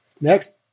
Next